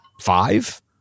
five